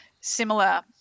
similar